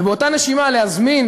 ובאותה נשימה, להזמין